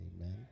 Amen